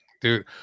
dude